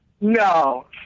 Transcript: No